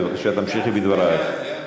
בבקשה, תמשיכי בדברייך.